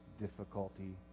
difficulty